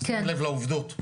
שימו לב לעובדות,